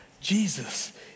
Jesus